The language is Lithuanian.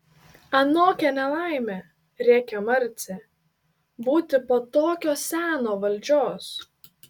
anokia ne laimė rėkė marcė būti po tokio seno valdžios